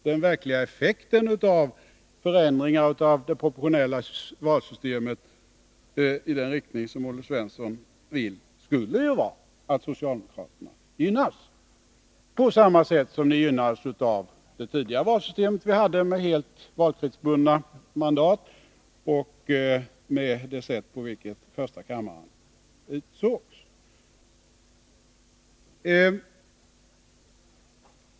Den verkliga effekten av förändringar i det proportionella valsystemet i den riktning som Olle Svensson önskar skulle ju vara att socialdemokraterna gynnas på samma sätt som de gynnades av det tidigare valsystemet med helt valkretsbundna mandat och med det sätt på vilket första kammaren utsågs.